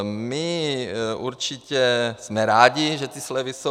My určitě jsme rádi, že ty slevy jsou.